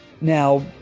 Now